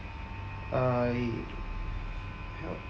I help